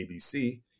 ABC